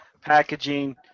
packaging